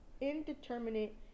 indeterminate